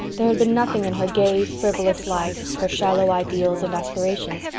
there had been nothing in her gay, frivolous life, her shallow ideals and aspirations,